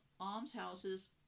almshouses